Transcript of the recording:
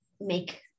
make